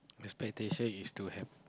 expectation is to have